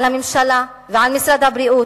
על הממשלה ועל משרד הבריאות,